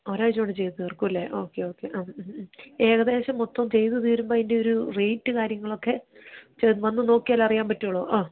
ഒരാഴ്ച കൊണ്ട് ചെയ്തു തീര്ക്കും അല്ലേ ഓക്കെ ഓക്കെ ഏകദേശം മൊത്തം ചെയ്തു തീരുമ്പോൾ അതിന്റെ ഒരു റേറ്റ് കാര്യങ്ങളൊക്കെ പക്ഷെ അത് വന്നു നോക്കിയാലെ അറിയാന് പറ്റുകയുള്ളോ ആ